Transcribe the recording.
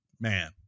man